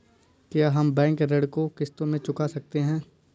क्या हम बैंक ऋण को किश्तों में चुका सकते हैं?